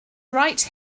right